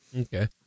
Okay